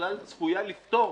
בכלל צפויה לפתור